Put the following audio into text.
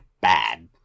bad